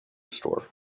store